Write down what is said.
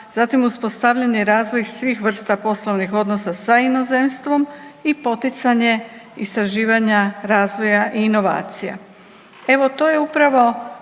zatim uspostavljanje i razvoj svih vrsta poslovnih odnosa sa inozemstvo i poticanje istraživanja razvoja i inovacija. Evo to je upravo,